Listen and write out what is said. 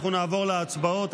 אנחנו נעבור להצבעות.